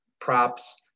props